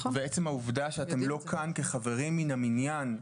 עצם העובדה שאתם לא כאן כחברים מן המניין,